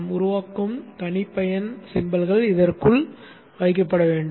நாம் உருவாக்கும் தனிப்பயன் சின்னங்கள் இதற்குள் வைக்கப்பட வேண்டும்